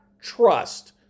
trust